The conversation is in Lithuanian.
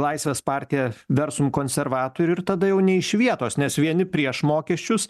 laisvės partija versum konservatoriai ir tada jau ne iš vietos nes vieni prieš mokesčius